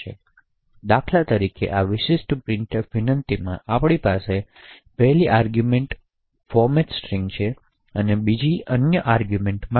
ઉદાહરણ તરીકે આ વિશિષ્ટ પ્રિંટફ વિનંતીમાં આપણી પાસે પહેલી આર્ગૂમેંટ ફોર્મેટ સ્ટ્રિંગ છે અને બીજી અન્ય આર્ગૂમેંટ માટે